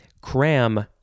Cram